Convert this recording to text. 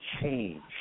change